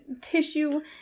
tissue